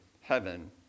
Heaven